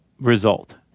result